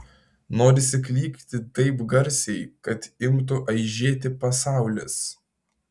norisi klykti taip garsiai kad imtų aižėti pasaulis